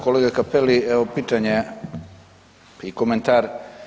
Kolega Cappelli, evo pitanje i komentar.